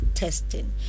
testing